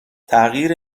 تغییر